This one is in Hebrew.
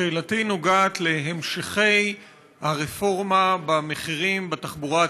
שאלתי נוגעת להמשכי הרפורמה במחירים בתחבורה הציבורית,